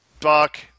Buck